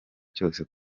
cyose